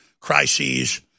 crises